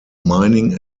mining